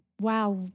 wow